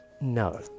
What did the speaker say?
No